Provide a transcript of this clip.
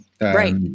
Right